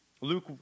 Luke